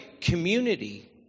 community